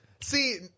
See